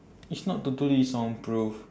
it's not totally soundproof